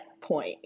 point